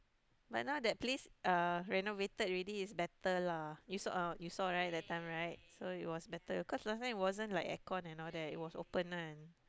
but now that place uh renovated already it's better lah you saw you saw right that time right so it was better because last time it wasn't like air con and all that it was open one